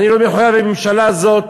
אני לא חייב לממשלה הזאת